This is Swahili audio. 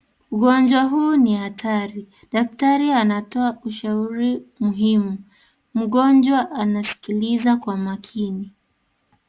Ugonjwa huu ni hatari, daktari anatoa ushauri muhimu. Mgonjwa anaskiliza kwa makini.